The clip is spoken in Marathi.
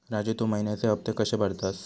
राजू, तू महिन्याचे हफ्ते कशे भरतंस?